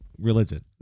Religion